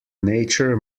nature